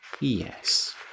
Yes